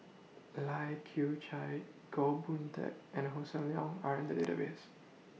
Lai Kew Chai Goh Boon Teck and Hossan Leong Are in The Database